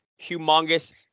humongous